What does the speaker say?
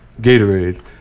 gatorade